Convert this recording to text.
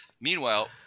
Meanwhile